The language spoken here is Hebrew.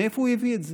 מאיפה הוא הביא את זה?